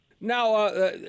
Now